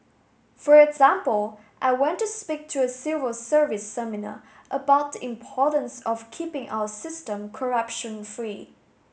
for example I went to speak to a civil service seminar about the importance of keeping our system corruption free